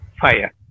fire